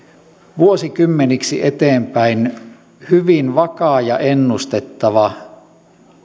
vuosikymmeniksi eteenpäin hyvin vakaa ja ennustettava